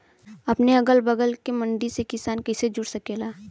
अपने अगला बगल के मंडी से किसान कइसे जुड़ सकेला?